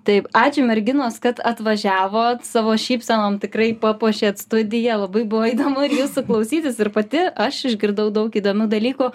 taip ačiū merginos kad atvažiavot savo šypsenom tikrai papuošėt studiją labai buvo įdomu ir jūsų klausytis ir pati aš išgirdau daug įdomių dalykų